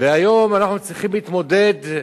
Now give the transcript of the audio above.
היום אנחנו צריכים להתמודד,